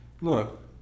look